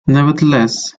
nevertheless